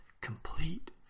complete